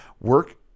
Work